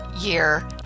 year